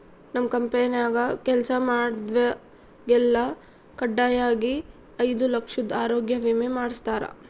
ನಮ್ ಕಂಪೆನ್ಯಾಗ ಕೆಲ್ಸ ಮಾಡ್ವಾಗೆಲ್ಲ ಖಡ್ಡಾಯಾಗಿ ಐದು ಲಕ್ಷುದ್ ಆರೋಗ್ಯ ವಿಮೆ ಮಾಡುಸ್ತಾರ